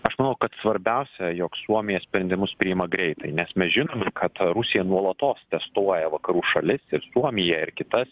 aš manau kad svarbiausia jog suomija sprendimus priima greitai nes mes žinom kad rusija nuolatos testuoja vakarų šalis ir suomiją ir kitas